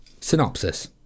Synopsis